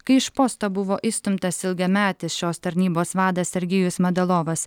kai iš posto buvo išstumtas ilgametis šios tarnybos vadas sergėjus madalovas